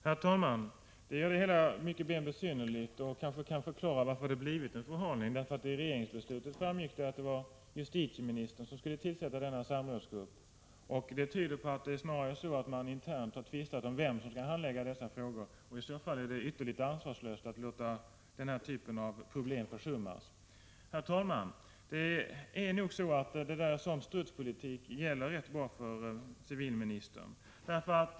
Herr talman! Vad civilministern nu sade gör det hela än mer besynnerligt och kan kanske förklara varför frågan har förhalats. Av regeringsbeslutet framgick att det var justitieministern som skulle tillsätta denna samrådsgrupp. Det tyder på att det snarare är så att man internt har tvistat om vem som skall handlägga dessa frågor, och om så är fallet är detta ett ytterligt ansvarslöst sätt att låta den här typen av problem försummas. Det jag sade om strutspolitik gäller nog rätt bra för civilministern.